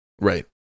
Right